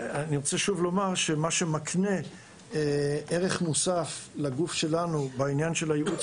מה שמקנה ערך מוסף לגוף שלנו בעניין של הייעוץ